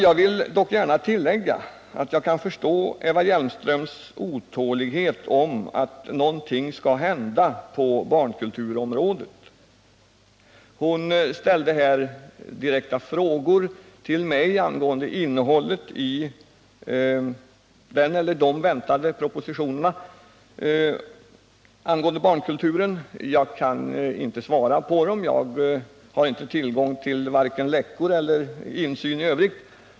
Jag vill dock gärna tillägga att jag kan förstå Eva Hjelmströms otålighet om att någonting skall hända på barnkulturområdet. Hon ställde direkta frågor till mig angående innehållet i den eller de väntade propositionerna om barnkulturen. Jag kan inte svara på dem. Det har inte läckt ut någonting och jag har ingen insyn i övrigt.